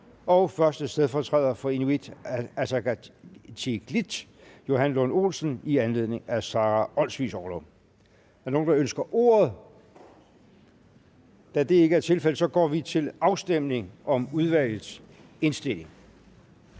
og 1. stedfortræder for Inuit Ataqatigiit, Johan Lund Olsen, i anledning af Sara Olsvigs orlov. Er der nogen, der ønsker ordet? Da det ikke er tilfældet, går vi til afstemning. Kl. 10:02 Afstemning